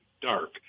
dark